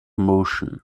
motion